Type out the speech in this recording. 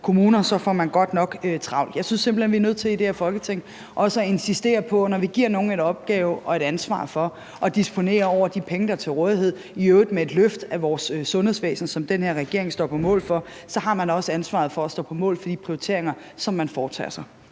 kommuner – så får man godt nok travlt. Jeg synes simpelt hen, at vi er nødt til i det her Folketing også at insistere på, at når vi giver nogle en opgave og et ansvar for at disponere over de penge, der er til rådighed – i øvrigt med et løft af vores sundhedsvæsen, som den her regering står på mål for – så har man også ansvaret for at stå på mål for de prioriteringer, som man foretager.